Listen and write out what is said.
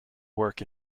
work